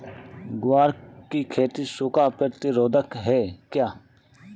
ग्वार की खेती सूखा प्रतीरोधक है क्या?